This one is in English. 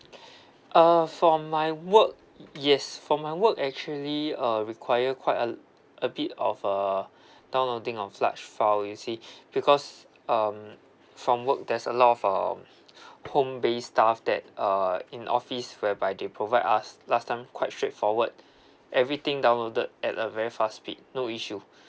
uh for my work y~ yes for my work actually uh require quite al~ a bit of uh downloading of large file you see because um from work there's a lot of um home base stuff that uh in office whereby they provide us last time quite straightforward everything downloaded at a very fast speed no issue